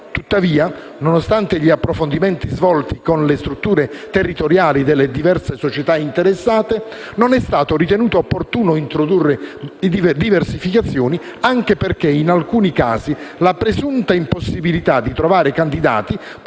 Tuttavia, nonostante gli approfondimenti svolti con le strutture territoriali delle diverse società interessate, non è stato ritenuto opportuno introdurre diversificazioni, anche perché in alcuni casi la presunta impossibilità di trovare candidati